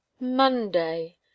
Monday